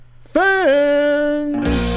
fans